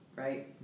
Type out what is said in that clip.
right